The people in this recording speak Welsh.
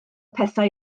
pethau